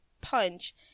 punch